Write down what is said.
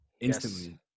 instantly